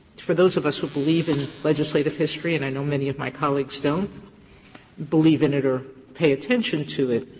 for those of us who believe in legislative history, and i know many of my colleagues don't believe in it or pay attention to it,